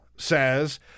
says